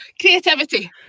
Creativity